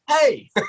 hey